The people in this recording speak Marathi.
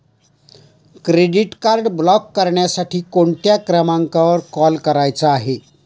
क्रेडिट कार्ड ब्लॉक करण्यासाठी कोणत्या क्रमांकावर कॉल करायचा आहे?